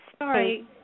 Sorry